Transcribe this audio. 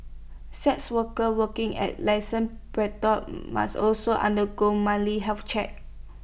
sex workers working at licensed brothels must also undergo monthly health checks